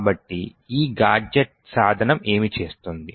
కాబట్టి ఈ గాడ్జెట్ సాధనం ఏమి చేస్తుంది